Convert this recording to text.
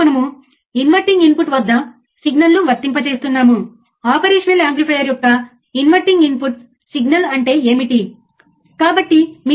మనము ఓసిల్లోస్కోప్ను చూస్తాము మరియు ఆపరేషనల్ యాంప్లిఫైయర్ యొక్క అవుట్పుట్ను మనము గమనిస్తాము